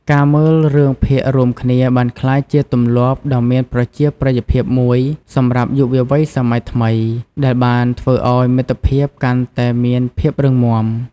ការមើលរឿងភាគរួមគ្នាបានក្លាយជាទម្លាប់ដ៏មានប្រជាប្រិយភាពមួយសម្រាប់យុវវ័យសម័យថ្មីដែលបានធ្វើឲ្យមិត្តភាពកាន់តែមានភាពរឹងមាំ។